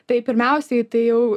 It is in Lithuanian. tai pirmiausiai tai jau